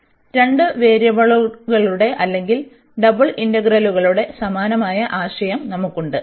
അതിനാൽ രണ്ട് വേരിയബിളുകളുടെ അല്ലെങ്കിൽ ഡബിൾ ഇന്റഗ്രലുകളുടെ സമാനമായ ആശയം നമുക്കുണ്ട്